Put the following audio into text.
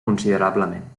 considerablement